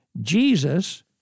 Jesus